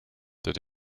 did